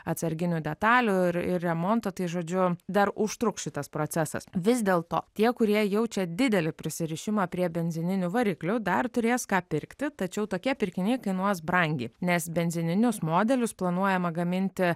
atsarginių detalių ir ir remonto tai žodžiu dar užtruks šitas procesas vis dėlto tie kurie jaučia didelį prisirišimą prie benzininių variklių dar turės ką pirkti tačiau tokie pirkiniai kainuos brangiai nes benzininius modelius planuojama gaminti